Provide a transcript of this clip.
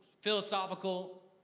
Philosophical